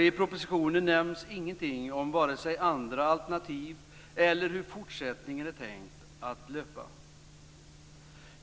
I propositionen nämns inget om vare sig andra alternativ eller hur fortsättningen är tänkt att löpa.